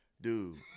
Dude